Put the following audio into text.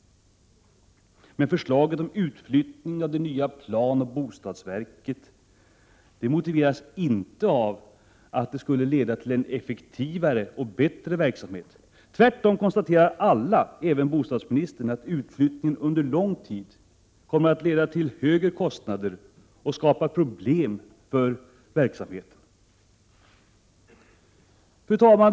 Men förslaget om utflyttning av det nya planoch bostadsverket motiveras inte av att det skulle leda till en effektivare och bättre verksamhet. Tvärtom konstaterar alla — även bostadsministern — att utflyttningen under lång tid kommer att leda till högre kostnader och skapa problem för verksamheten. Fru talman!